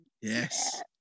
Yes